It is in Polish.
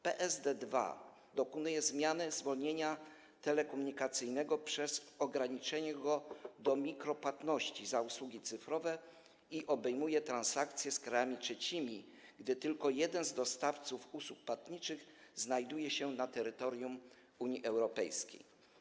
PSD2 dokonuje zmiany zwolnienia telekomunikacyjnego przez ograniczenie go do mikropłatności za usługi cyfrowe i obejmuje transakcje z krajami trzecimi, gdy tylko jeden z dostawców usług płatniczych znajduje się na terytorium Unii Europejskiej.